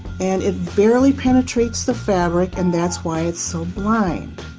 and it barely penetrates the fabric and that's why it's so blind.